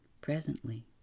Presently